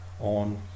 on